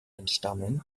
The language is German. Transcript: entstammen